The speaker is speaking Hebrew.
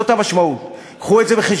זאת המשמעות, הביאו את זה בחשבון.